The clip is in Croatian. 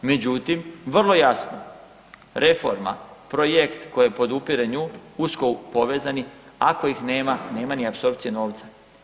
Međutim, vrlo jasno reforma, projekt koje podupire nju usko povezani ako ih nema, nema ni apsorpcije novca.